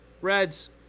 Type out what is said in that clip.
Reds